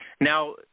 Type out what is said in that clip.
Now